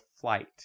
flight